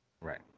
Right